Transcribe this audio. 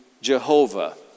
Jehovah